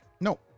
No